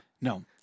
No